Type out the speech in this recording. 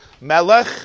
Melech